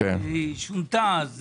אבל